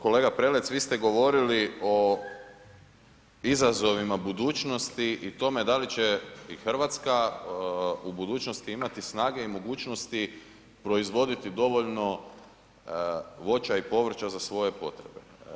Kolega Prelec, vi ste govorili o izazovima budućnosti i o tome da li će i Hrvatska u budućnosti imati snage i mogućnosti proizvoditi dovoljno voća i povrća za svoje potrebe.